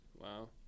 Wow